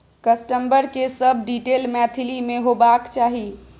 customer के सब detail Maithili में होबाक चाही